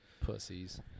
Pussies